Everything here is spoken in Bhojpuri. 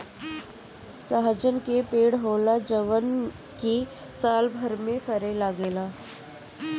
सहजन के पेड़ होला जवन की सालभर में फरे लागेला